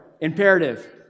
Imperative